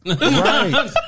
Right